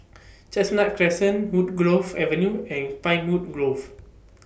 Chestnut Crescent Woodgrove Avenue and Pinewood Grove